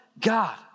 God